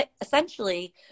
essentially